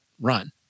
run